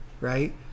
right